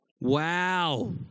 Wow